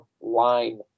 line